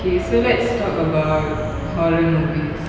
K so let's talk about horror movies